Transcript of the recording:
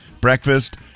breakfast